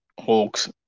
Hawks